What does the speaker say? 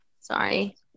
Sorry